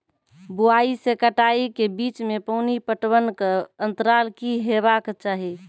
बुआई से कटाई के बीच मे पानि पटबनक अन्तराल की हेबाक चाही?